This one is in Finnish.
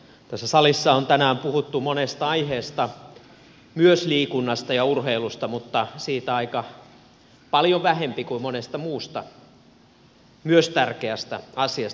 tässä salissa on tänään puhuttu monesta aiheesta myös liikunnasta ja urheilusta mutta niistä aika paljon vähemmän kuin monesta muusta myös tärkeästä asiasta